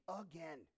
again